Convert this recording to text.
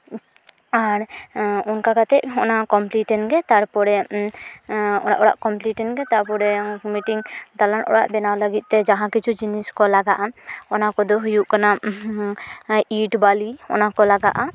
ᱟᱨ ᱚᱱᱠᱟ ᱠᱟᱛᱮᱫ ᱚᱱᱟ ᱠᱚᱢᱯᱞᱤᱴᱮᱱ ᱜᱮ ᱛᱟᱨᱯᱚᱨᱮ ᱚᱲᱟᱜ ᱚᱲᱟᱜ ᱠᱚᱢᱯᱞᱤᱴᱮᱱ ᱜᱮ ᱛᱟᱯᱚᱨᱮ ᱢᱤᱫᱴᱮᱱ ᱫᱟᱞᱟᱱ ᱚᱲᱟᱜ ᱵᱮᱱᱟᱣ ᱞᱟᱹᱜᱤᱫ ᱛᱮ ᱡᱟᱦᱟᱸ ᱠᱤᱪᱷᱩ ᱡᱤᱱᱤᱥ ᱠᱚ ᱞᱟᱜᱟᱜᱼᱟ ᱚᱱᱟ ᱠᱚᱫᱚ ᱦᱩᱭᱩᱜ ᱠᱟᱱᱟ ᱤᱴ ᱵᱟᱞᱤ ᱚᱱᱟ ᱠᱚ ᱞᱟᱜᱟᱜᱼᱟ